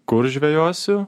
kur žvejosiu